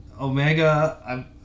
Omega